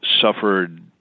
suffered